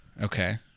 Okay